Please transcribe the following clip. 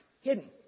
hidden